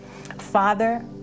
Father